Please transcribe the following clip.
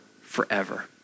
forever